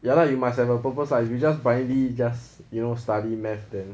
ya lah you must have a purpose lah you just blindly just you know study math then